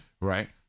right